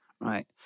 right